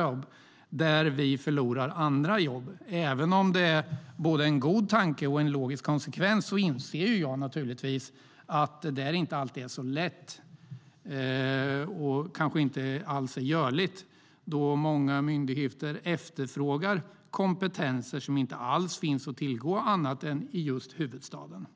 jobb ska kompensera för andra jobb vi har förlorat. Även om det är både en god tanke och en logisk konsekvens inser jag att det inte alltid är lätt eller ens görligt eftersom många myndigheter efterfrågar kompetenser som inte finns att tillgå annat än i just huvudstaden.